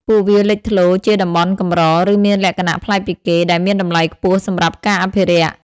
ពួកវាលេចធ្លោជាតំបន់កម្រ ឬមានលក្ខណៈប្លែកពីគេ ដែលមានតម្លៃខ្ពស់សម្រាប់ការអភិរក្ស។